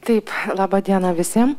taip laba diena visiem